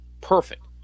Perfect